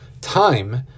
Time